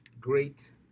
great